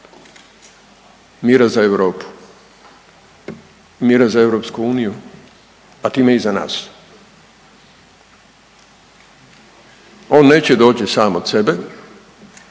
mira za Europu, mira za EU, a time i za nas. On neće doći sam od sebe,